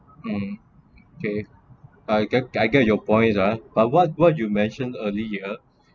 um okay I get I get your point uh but what what you mentioned earlier